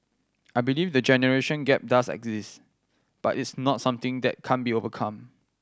I believe the generation gap does exist but it's not something that can't be overcome